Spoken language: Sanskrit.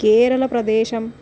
केरलप्रदेशम्